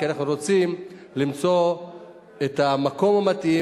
כי אנחנו רוצים למצוא את המקום המתאים